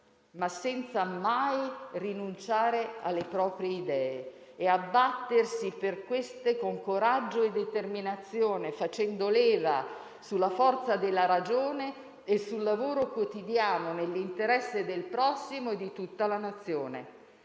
ma senza mai rinunciare alle proprie idee, battendosi per queste con coraggio e determinazione, facendo leva sulla forza della ragione e sul lavoro quotidiano, nell'interesse del prossimo e di tutta la Nazione.